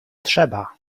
trzeba